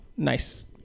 nice